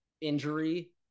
Injury